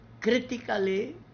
critically